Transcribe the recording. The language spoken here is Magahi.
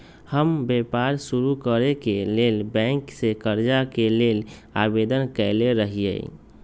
हम व्यापार शुरू करेके लेल बैंक से करजा के लेल आवेदन कयले रहिये